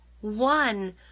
One